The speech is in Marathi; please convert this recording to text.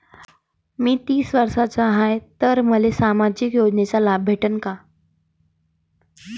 मी तीस वर्षाचा हाय तर मले सामाजिक योजनेचा लाभ भेटन का?